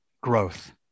growth